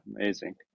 Amazing